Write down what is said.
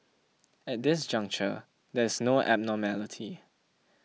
at this juncture there is no abnormality